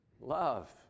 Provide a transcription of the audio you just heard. Love